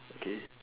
okay